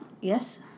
Yes